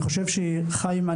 חיים,